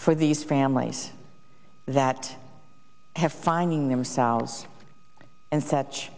for these families that have finding themselves and such